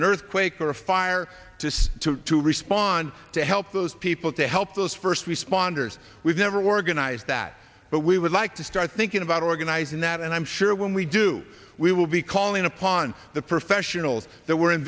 an earthquake or a fire just to respond to help those people to help those first responders we've never organized that but we would like to start thinking about organizing that and i'm sure when we do we will be calling upon the professionals that we're in